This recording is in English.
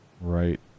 right